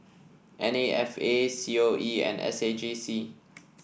N A F A C O E and S A J C